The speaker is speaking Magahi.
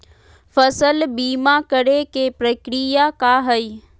फसल बीमा करे के प्रक्रिया का हई?